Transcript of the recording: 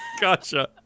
Gotcha